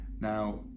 Now